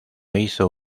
hizo